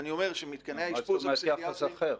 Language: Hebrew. מה זאת אומרת, יחס אחר?